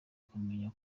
kumenya